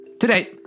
Today